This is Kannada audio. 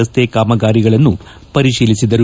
ರಸ್ತೆ ಕಾಮಗಾರಿಗಳನ್ನು ಅವರು ಪರಿತೀಲಿಸಿದರು